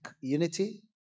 unity